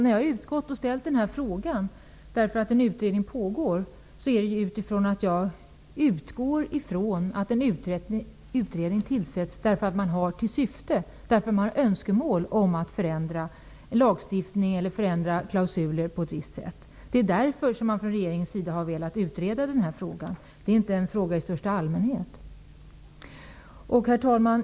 Anledningen till att jag ställde min fråga medan en utredning pågår är att jag utgår från att en utredning tillsätts i syfte att och med önskemål om att förändra lagstiftning eller klausuler på ett visst sätt. Det är därför som man från regeringens sida har velat utreda denna fråga. Det är inte en fråga i största allmänhet.